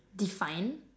define